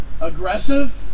aggressive